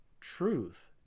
truth